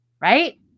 Right